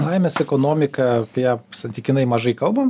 laimės ekonomika apie ją santykinai mažai kalbam